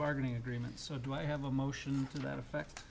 bargaining agreement so do i have a motion to that effect